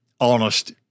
honest